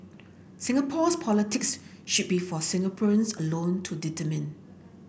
Singapore's politics should be for Singaporeans alone to determine